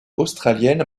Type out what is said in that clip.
australienne